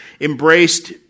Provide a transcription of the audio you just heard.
embraced